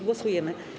Głosujemy.